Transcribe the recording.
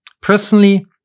Personally